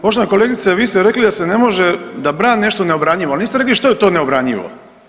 Poštovana kolegice vi ste rekli da se ne može, da branim nešto neobranjivo ali niste rekli što je to neobranjivo?